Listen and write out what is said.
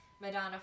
Madonna